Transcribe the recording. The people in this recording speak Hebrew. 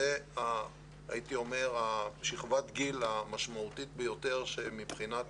זאת שכבת הגיל המשמעותית ביותר מבחינת